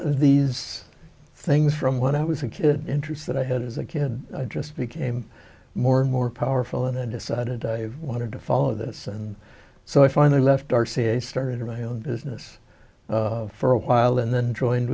these things from when i was a kid interest that i had as a kid i just became more and more powerful and i decided i wanted to follow this and so i finally left r c a started my own business for a while and then joined